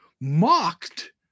mocked